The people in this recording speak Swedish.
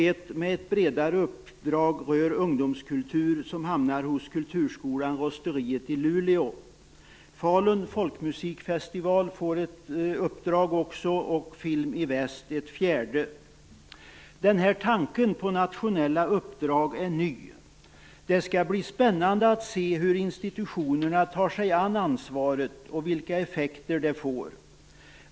Ett bredare uppdrag rör ungdomskultur och hamnar hos kulturskolan Rosteriet i Luleå. Falun Folkmusikfestival får också ett uppdrag, liksom Film i väst. Tanken på nationella uppdrag är ny. Det skall bli spännande att se hur institutionerna tar sig an ansvaret och vilka effekter det får.